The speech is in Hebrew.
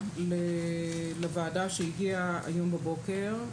עמדה לוועדה שהגיעה הבוקר,